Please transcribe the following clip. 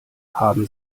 haben